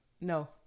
No